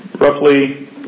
roughly